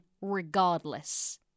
regardless